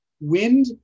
WIND